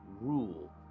rule